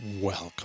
Welcome